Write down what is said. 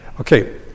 okay